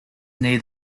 near